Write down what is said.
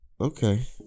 Okay